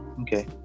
Okay